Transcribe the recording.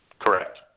Correct